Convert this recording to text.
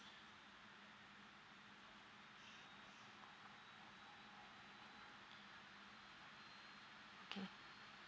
mm okay